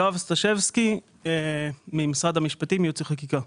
יואב סטשבסקי ממשרד המשפטים יעוץ וחקיקה.